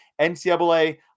NCAA